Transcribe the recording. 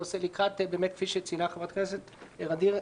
כפי שציינה חברת הכנסת ע'דיר,